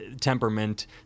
temperament